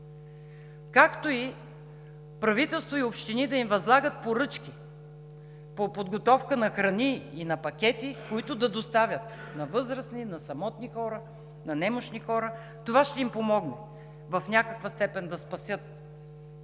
както и правителство и общини да им възлагат поръчки по подготовка на храни и на пакети, които да доставят на възрастни, на самотни хора, на немощни хора. Това ще им помогне в някаква степен да спасят